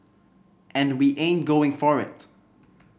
and we ain't going for it